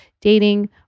dating